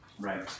Right